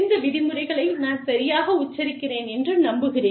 இந்த விதிமுறைகளை நான் சரியாக உச்சரிக்கிறேன் என்று நம்புகிறேன்